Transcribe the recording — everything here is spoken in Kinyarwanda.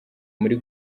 muri